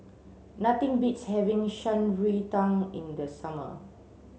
nothing beats having Shan Rui Tang in the summer